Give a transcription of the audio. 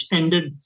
ended